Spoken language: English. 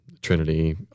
Trinity